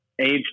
age